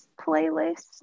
playlist